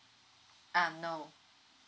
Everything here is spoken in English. um no